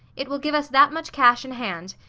it will give us that much cash in hand,